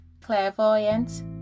clairvoyant